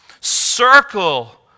circle